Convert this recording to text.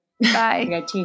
bye